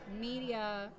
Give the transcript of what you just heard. media